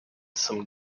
some